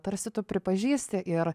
tarsi tu pripažįsti ir